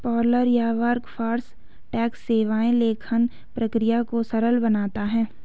payroll या workforce tax सेवाएं लेखांकन प्रक्रिया को सरल बनाता है